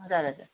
हजुर हजुर